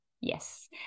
yes